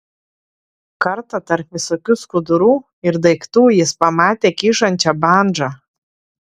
kartą tarp visokių skudurų ir daiktų jis pamatė kyšančią bandžą